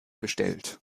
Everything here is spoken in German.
bestellt